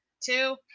two